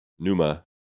Numa